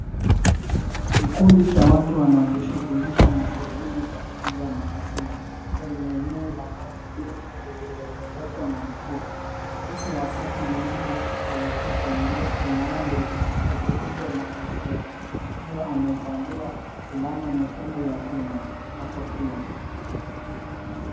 Kikundi cha watu wanaojishughulisha na shughuli za kupiga makasia kwenye eneo la maji duni lililozungukwa na mikoko. Mtu wa kati ni mtu aliyekaa kwenye boti maalum ya kupiga makasia akiwa amevalia flana nyekundu ya Kenya na kofia.